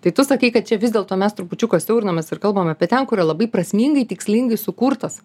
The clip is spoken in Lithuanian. tai tu sakai kad čia vis dėlto mes trupučiuką siaurinamės ir kalbam apie ten kur yra labai prasmingai tikslingai sukurtas